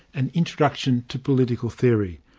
an introduction to political theory.